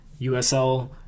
USL